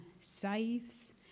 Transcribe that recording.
saves